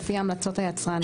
לפי המלצות היצרן,